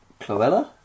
Cloella